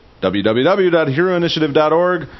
www.heroinitiative.org